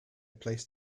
placed